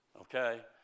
okay